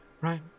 right